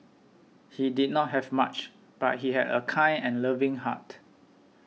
he did not have much but he had a kind and loving heart